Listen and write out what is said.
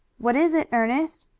what is it, ernest?